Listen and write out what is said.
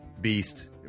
beast